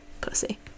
pussy